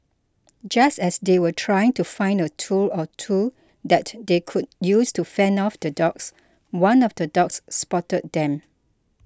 just as they were trying to find a tool or two that they could use to fend off the dogs one of the dogs spotted them